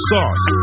Sauce